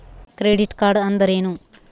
Credit card ಅಂದ್ರೇನು?